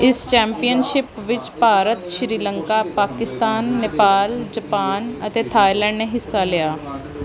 ਇਸ ਚੈਂਪੀਅਨਸ਼ਿਪ ਵਿੱਚ ਭਾਰਤ ਸ਼੍ਰੀਲੰਕਾ ਪਾਕਿਸਤਾਨ ਨੇਪਾਲ ਜਪਾਨ ਅਤੇ ਥਾਈਲੈਂਡ ਨੇ ਹਿੱਸਾ ਲਿਆ